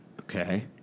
okay